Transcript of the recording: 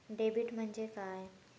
Debit म्हणजे काय?